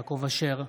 אינו נוכח יעקב אשר,